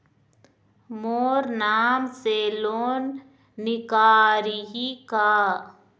मोर नाम से लोन निकारिही का?